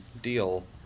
deal